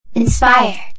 Inspire